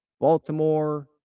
Baltimore